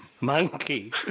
monkey